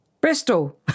Bristol